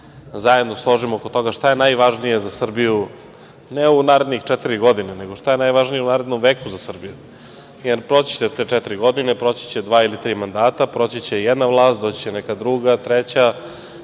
zajedno složimo oko toga šta je najvažnije za Srbiju ne u narednih četiri godine, nego šta je najvažnije u narednom veku za Srbiju? Proći će dva ili tri mandata. Proći i jedna vlast. Doći će neka druga, treća